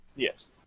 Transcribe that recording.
Yes